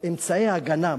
אמצעי ההגנה,